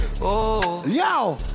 Yo